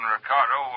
Ricardo